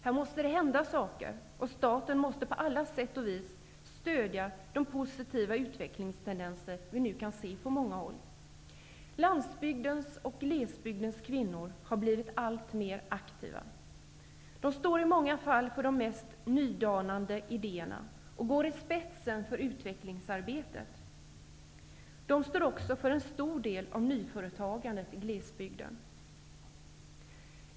Här måste det hända saker, och staten måste på alla sätt och vis stödja de positiva utvecklingstendenser som vi nu kan se på många håll. Landsbygdens och glesbygdens kvinnor blir allt aktivare. De står i många fall för de mest nydanande idéerna och går i spetsen för utvecklingsarbetet. De står också för en stor del av nyföretagandet i glesbygden.